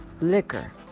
Liquor